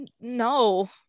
no